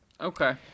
Okay